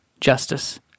justice